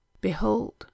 behold